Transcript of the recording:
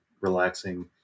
relaxing